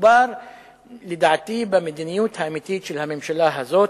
מדובר לדעתי במדיניות האמיתית של הממשלה הזאת,